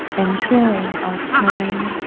and sharing our time,